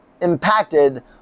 impacted